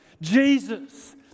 Jesus